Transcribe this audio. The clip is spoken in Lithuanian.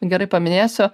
gerai paminėsiu